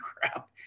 crap